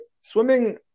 swimming